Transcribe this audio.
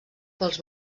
pels